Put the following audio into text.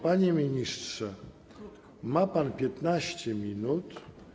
Panie ministrze, ma pan 15 minut.